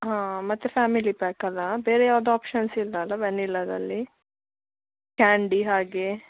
ಹಾಂ ಮತ್ತು ಫ್ಯಾಮಿಲಿ ಪ್ಯಾಕಲ್ಲಾ ಬೇರೆ ಯಾವ್ದು ಆಪ್ಷನ್ಸ್ ಇಲ್ಲಲ್ಲ ವೆನಿಲದಲ್ಲಿ ಕ್ಯಾಂಡಿ ಹಾಗೆ